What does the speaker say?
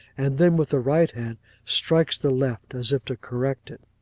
and then with the right hand strikes the left, as if to correct it.